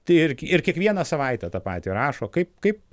tai ir ir kiekvieną savaitę tą patį rašo kaip kaip